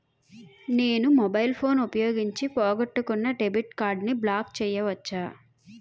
నేను mobile phone ఉపయోగించి పోగొట్టుకున్న డెబిట్ కార్డ్ని బ్లాక్ చేయవచ్చా?